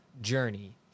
journey